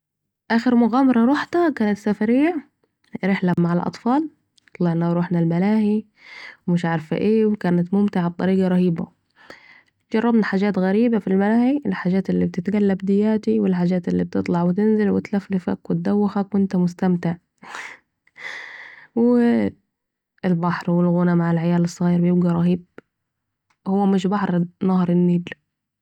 أخر مغامره رحتها كانت سفريه رحله مع الأطفال و طلعنا ورحنا الملاهي و مش عارفه ايه وكانت ممتعه بطريقة رهيبه جربنا حجات غربيه في الملاهي ،الحجات الي بتتقلب دياتي و الحجات الي بتطلع و تنزل وتلفلفك وتدوخك وأنت مستمتع، و البحر و الغنا مع العيال الصغيرة بيبقي رهيب، هو مش بحر نهر النيل